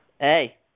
Hey